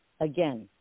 again